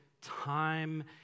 time